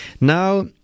Now